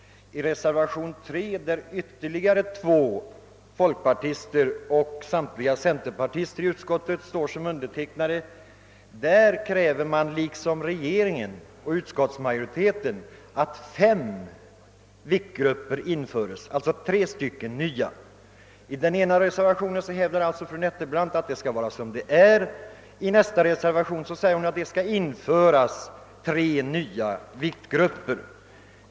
I reservation 3, som ytterligare två folkpartister och samtliga centerpartister i utskottet undertecknat, krävs — det har också regeringen och utskottsmajoriteten gjort att fem viktgrupper skall införas, alltså tre nya. I den ena reservationen hävdar alltså fru Nettelbrandt att det bör vara som det är, och i den andra reservationen säger hon att det bör införas tre nya viktgrupper.